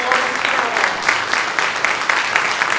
yes